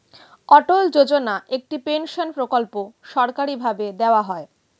অটল যোজনা একটি পেনশন প্রকল্প সরকারি ভাবে দেওয়া হয়